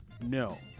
No